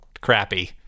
crappy